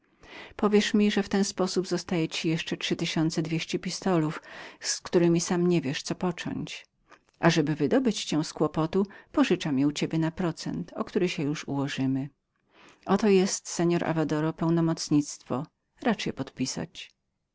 powiesz mi że z tej mamony zostaje ci jeszcze trzy tysiące dwieście pistolów z któremi sam nie wiesz co począć ażeby wydźwignąć cię z kłopotu pożyczam je u ciebie na procent o który się już ułożymy oto jest seor avadoro pełnomocnictwo racz je podpisać